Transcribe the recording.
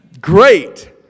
Great